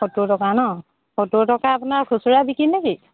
সত্তৰ টকা ন সত্তৰ টকা আপোনাৰ খুচুৰা বিক্ৰী নেকি